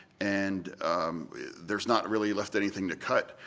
and there's not really left anything to cut.